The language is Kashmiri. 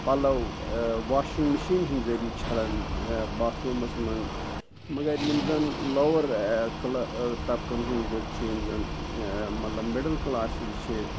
پَلو واشِنٛگ مِشیٖن ہِنٛدۍ ذٔریعہٕ چھلان باتھروٗمَس منٛز مَگر یِم زن لوور تَبکن ہنٛدۍ چھِ یِم زن مطلب مِڈل کٕلاسز چھِ